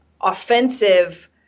offensive